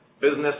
business